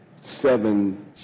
seven